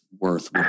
worth